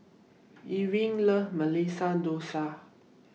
Irving loves Masala Dosa